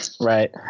right